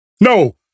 No